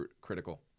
critical